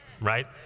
right